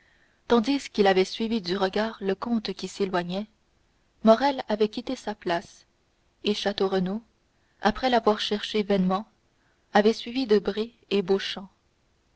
tandis qu'il avait suivi du regard le comte qui s'éloignait morrel avait quitté sa place et château renaud après l'avoir cherché vainement avait suivi debray et